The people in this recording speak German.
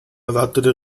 erwartete